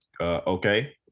okay